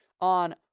on